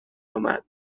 آمد